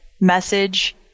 message